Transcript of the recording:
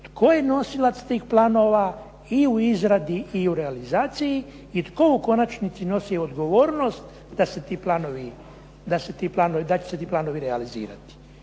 tko je nosilac tih planova i u izradi i u realizaciji i tko u konačnici nosi odgovornost da se ti planovi, da će se ti